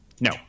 No